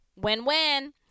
Win-win